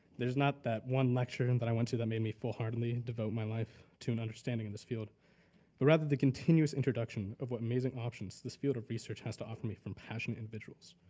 there is not that one lecture and that i went into that made me fall hardly and devote my life to an understanding of this field but rather the continuous introduction of what amazing options this field of research has to offer me from passionate individuals.